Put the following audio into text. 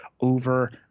over